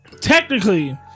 technically